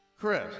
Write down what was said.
Chris